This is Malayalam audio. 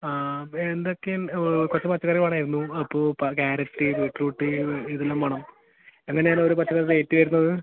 ആ എന്തൊക്കെ ഉണ്ട് കുറച്ച് പച്ചക്കറി വേണമായിരുന്നു അപ്പോൾ കാരറ്റ് ബീറ്റ്റൂട്ട് ഇത് ഇതെല്ലാം വേണം എങ്ങനെയാണ് ഓരോ പച്ചക്കറി റേറ്റ് വരുന്നത്